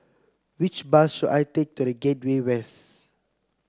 which bus should I take to The Gateway West